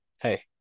Hey